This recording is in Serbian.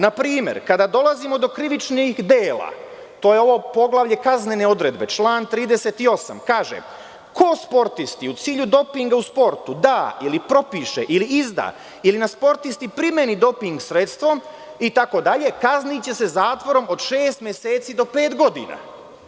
Na primer, kada dolazimo do krivičnih dela, to je ovo poglavlje kaznene odredbe, član 38. kaže – ko sportisti u cilju dopinga u sportu da ili propiše ili izda ili na sportisti primeni doping sredstvo itd, kazniće se zatvorom od šest meseci do pet godina.